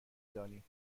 دانیم